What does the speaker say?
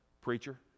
preacher